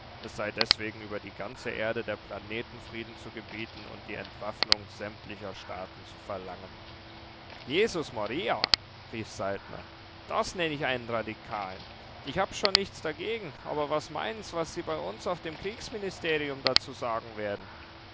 es sei deswegen über die ganze erde der planetenfrieden zu gebieten und die entwaffnung sämtlicher staaten zu verlangen jesus maria rief saltner das nenn ich einen radikalen ich hab schon nichts dagegen aber was meinens was sie bei uns auf dem kriegsministerium dazu sagen werden